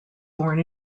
born